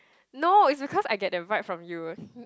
no it's because I get that vibe from you